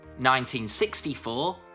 1964